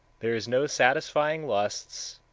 there is no satisfying lusts,